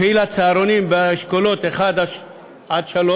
הפעילה צהרונים באשכולות 1 3,